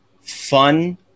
fun